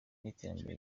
n’iterambere